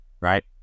right